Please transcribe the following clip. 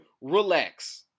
relax